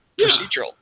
procedural